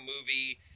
movie